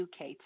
UK